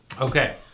Okay